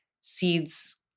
seeds